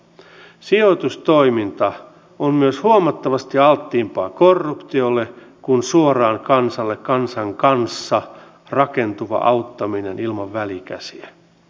sen takia on tärkeä jatkaa sitkeästi kannustamista siihen että ei ei ei linjan sijaan ratkaisuhakuiset ja neuvottelukykyiset voimat sekä palkansaajaliikkeessä että työnantajien puolella saisivat vahvemman aseman ja kykenisivät istumaan keskenään neuvottelupöytään ja sopimaan palkkamaltista sekä kilpailukykyä korjaavista toimenpiteistä